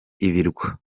ibirwa